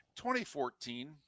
2014